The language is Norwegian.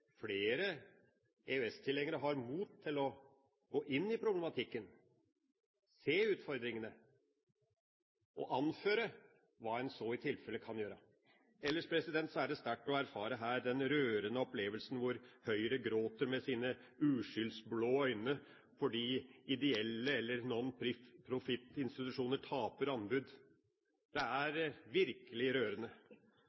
flere EØS-tilhengere har mot til å gå inn i problematikken, se utfordringene og anføre hva en så i tilfelle kan gjøre. Ellers er det sterkt å erfare her den rørende opplevelsen av Høyre som gråter med sine uskyldsblå øyne fordi ideelle eller nonprofitinstitusjoner taper anbud. Det er